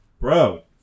bro